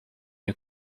you